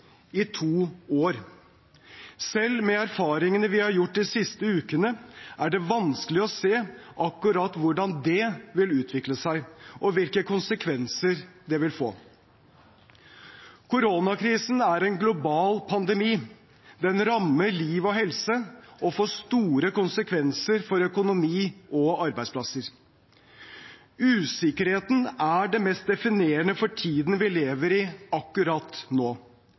i to år. Selv med erfaringene vi har gjort de siste ukene, er det vanskelig å se akkurat hvordan det vil utvikle seg, og hvilke konsekvenser det vil få. Koronakrisen er en global pandemi. Den rammer liv og helse og får store konsekvenser for økonomi og arbeidsplasser. Usikkerheten er det mest definerende for tiden vi lever i akkurat nå.